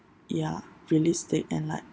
ya realistic and like